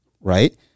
right